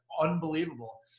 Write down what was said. unbelievable